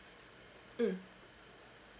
mm